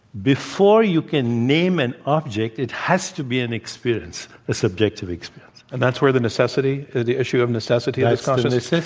before you can name an object, it has to be an experience a subjective experience. and that's where the necessity the issue of necessity of consciousness?